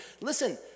Listen